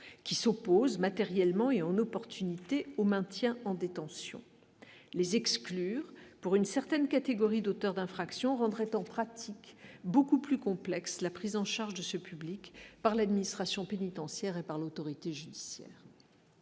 qui s'opposent, matériellement et en opportunité au maintien en détention les exclure pour une certaine catégorie d'auteurs d'infractions rendrait en pratique beaucoup plus complexe la prise en charge de ce public par l'administration pénitentiaire et par l'autorité judiciaire.